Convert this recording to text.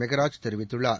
மெகராஜ் தெரிவித்துள்ளார்